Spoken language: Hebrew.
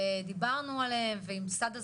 ודיברנו עליהם, עם סד הזמנים,